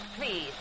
please